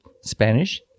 spanish